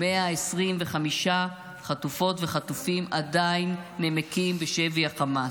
125 חטופות וחטופים עדיין נמקים בשבי החמאס.